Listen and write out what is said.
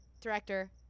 director